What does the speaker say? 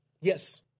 Yes